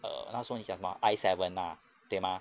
err 那时候你讲什么 ah iseven ah 对 mah